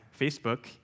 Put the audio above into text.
Facebook